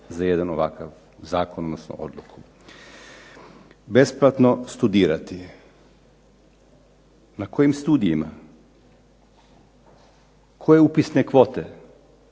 za jedna ovakav zakon odnosno odluku. Besplatno studirati. Na kojim studijima, koje upisne kvote?